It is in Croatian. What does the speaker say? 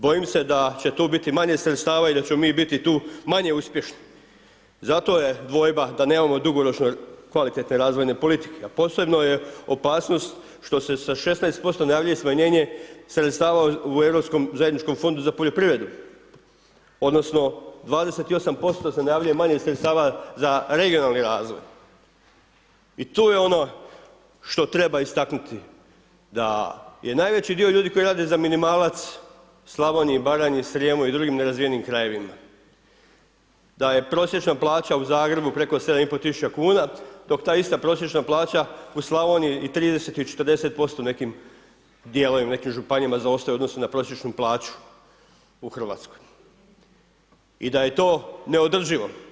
Bojim se da će tu biti manje sredstava i ćemo mi biti tu manje uspješni zato je dvojba da nemamo dugoročno kvalitetne razvoje politike a posebno je opasnost što se sa 16% najavljuje i smanjenje sredstava u europskom zajedničkom fondu za poljoprivredu odnosno 28% se ... manje sredstava za regionalni razvoj i tu je ono što treba istaknuti da je najveći dio ljudi koji rade za minimalac u Slavoniji i Baranji, Srijemu i drugim nerazvijenih krajevima, da je prosječna plaća u Zagrebu preko 7500 kuna dok ta ista prosječna plaća u Slavoniji i 30 ili 40% u nekim dijelovima, neke županije zaostaju u odnosu na prosječnu plaću u Hrvatskoj i da je to neodrživo.